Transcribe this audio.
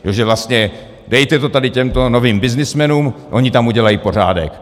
Že vlastně: Dejte to tady těmto novým byznysmenům, oni tam udělají pořádek!